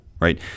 right